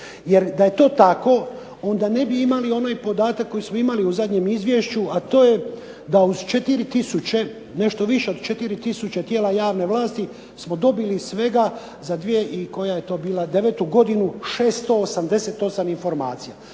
Jer da je to tako onda ne bi imali onaj podatak koji imamo u prošlom Izvješću a to je da uz 4 tisuće nešto više od 4 tisuće tijela javne vlasti smo dobili svega za 2009. godinu 688 informacija.